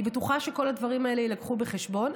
אני בטוחה שכל הדברים האלה יילקחו בחשבון,